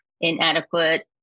inadequate